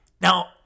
Now-